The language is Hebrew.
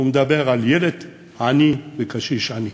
הוא מדבר על ילד עני וקשיש עני.